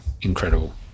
incredible